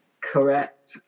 Correct